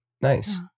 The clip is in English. nice